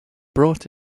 brought